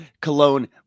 cologne